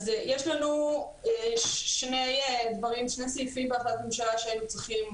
אז יש לנו שני סעיפים בהחלטת הממשלה שהיינו צריכים